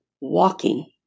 walking